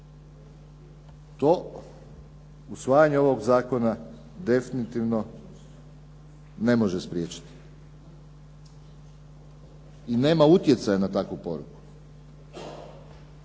To usvajanje ovog zakona definitivno ne može spriječiti i nema utjecaja na takvu poruku.